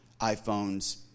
iPhones